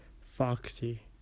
Foxy